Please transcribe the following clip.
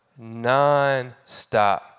nonstop